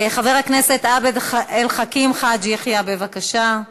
חבר הכנסת עבד אל חכים חאג' יחיא, בבקשה.